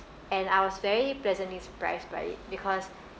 and I was very pleasantly surprised by it because